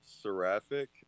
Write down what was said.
Seraphic